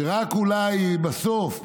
שרק אולי בסוף,